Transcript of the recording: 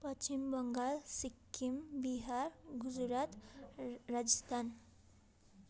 Paschim Bangal Sikkim Bihar Gujarat Rajasthan